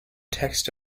text